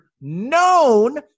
known